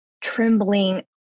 trembling